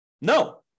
No